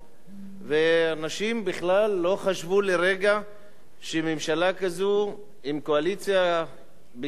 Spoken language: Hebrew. ואנשים בכלל לא חשבו לרגע שממשלה כזו עם קואליציה בתחילת דרכה,